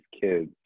kids